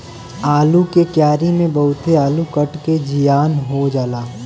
आलू के क्यारी में बहुते आलू कट के जियान हो जाला